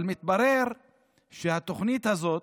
אבל מתברר שהתוכנית הזאת,